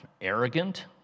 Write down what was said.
arrogant